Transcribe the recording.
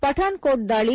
Pathan coat ದಾಳಿ